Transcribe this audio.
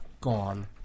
Gone